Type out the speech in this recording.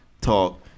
talk